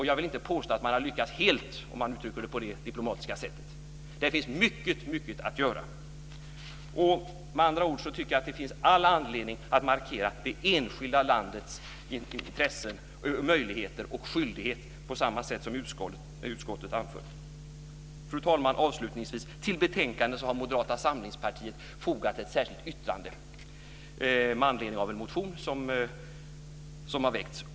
Jag vill inte påstå att man har lyckats helt, om man uttrycker sig diplomatiskt. Det finns mycket, mycket att göra. Med andra ord tycker jag att det finns all anledning att markera det enskilda landets intressen, möjligheter och skyldigheter på samma sätt som utskottet anför. Fru talman! Avslutningsvis vill jag säga att Moderata samlingspartiet till betänkandet har fogat ett särskilt yttrande med anledning av en motion som har väckts.